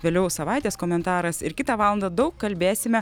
vėliau savaitės komentaras ir kitą valandą daug kalbėsime